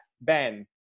Ben